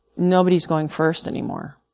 nobody's going first anymore.